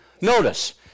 Notice